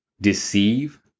deceive